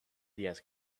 diaz